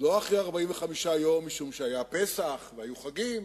לא אחרי 45 יום, משום שהיה פסח והיו חגים,